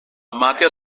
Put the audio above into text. μάτια